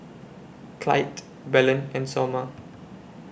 Clytie Belen and Somer